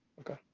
Okay